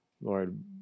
Lord